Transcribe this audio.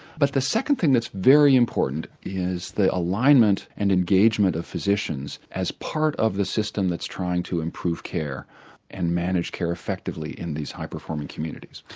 but the second thing that's very important is the alignment and engagement of physicians as part of the system that's trying to improve care and manage care effectively in these high performing communities.